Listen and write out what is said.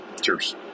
cheers